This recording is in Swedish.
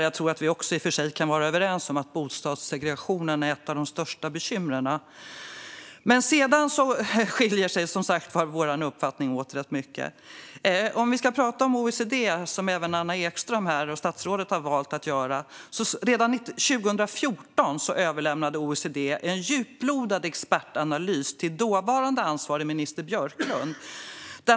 Jag tror också att vi kan vara överens om att bostadssegregationen är ett av de största bekymren. Men sedan, som sagt, skiljer sig våra uppfattningar rätt mycket åt. Vi kan prata om OECD, som statsrådet Anna Ekström har valt att göra. Redan 2014 överlämnade OECD en djuplodande expertanalys till den då ansvariga ministern; Björklund.